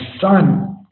son